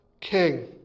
king